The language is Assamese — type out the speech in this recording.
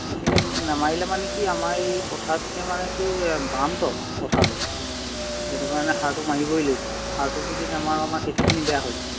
এইখিনি নেমাৰিলে মানে কি আমাৰ এই পথাৰতকৈ মানে কি বামতো পথাৰবিলাক সেইটো কাৰণে সাৰটো মাৰিবই লাগিব সাৰটো যদি নেমাৰো আমাৰ খেতিখিনি বেয়া হৈ যায়